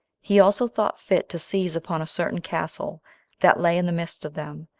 he also thought fit to seize upon a certain castle that lay in the midst of them,